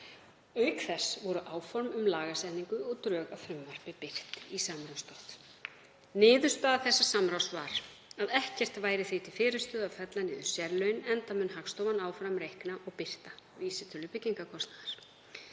Auk þess voru áform um lagasetningu og drög að frumvarpi birt í samráðsgátt. Niðurstaða samráðsins var að ekkert væri því til fyrirstöðu að fella niður sérlögin enda mun Hagstofan áfram reikna og birta vísitölu byggingarkostnaðar.